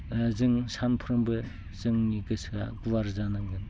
जों सानफ्रोमबो जोंनि गोसोआ गुवार जानांगोन